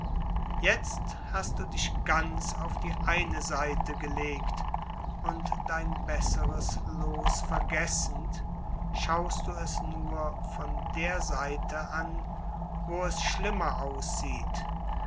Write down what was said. jetzt hast du dich ganz auf die eine seite gelegt und dein besseres loos vergessend schaust du es nur von der seite an wo es schlimmer aussieht